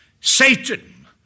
Satan